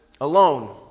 Alone